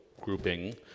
grouping